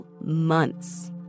months